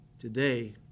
today